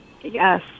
Yes